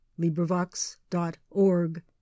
LibriVox.org